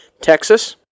Texas